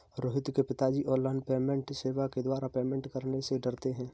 रोहित के पिताजी online payment सेवा के द्वारा पेमेंट करने से डरते हैं